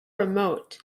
remote